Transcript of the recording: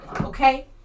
okay